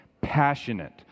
passionate